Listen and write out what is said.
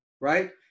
Right